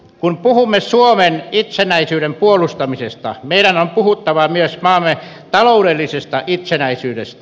kun puhumme suomen itsenäisyyden puolustamisesta meidän on puhuttava myös maamme taloudellisesta itsenäisyydestä